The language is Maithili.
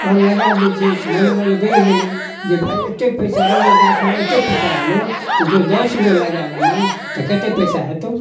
आओर लगा दै छै मनोबल बढ़ि गेलै जे भाइ एतेक पइसा एगो गाछमे एतेक पइसा अएलौ तऽ जँ दसगो लगा लेबै तऽ कतेक पइसा हेतौ